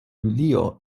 julio